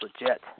legit